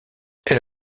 elle